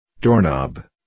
Doorknob